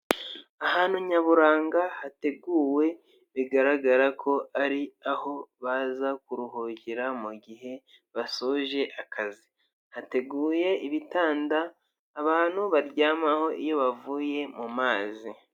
Ahantu nyaburanga hateguwe bigaragara ko ari aho baza kuruhukira mu gihe basoje akazi hateguye ibitanda abantu baryamaho iyo bavuye mu mazi.